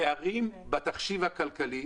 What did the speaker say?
הפערים בתחשיב הכלכלי